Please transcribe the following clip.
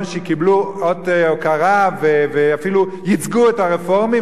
שקיבלו אות הוקרה ואפילו ייצגו את הרפורמים,